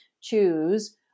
choose